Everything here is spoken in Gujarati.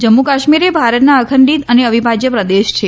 જમ્મુ કાશ્મીર એ ભારતનો અખંડિત અને અવિભાજય પ્રદેશ છે